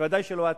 ודאי שלא אתה,